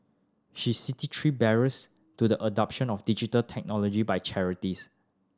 she city three barriers to the adoption of digital technology by charities